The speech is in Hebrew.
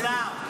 אדוני השר,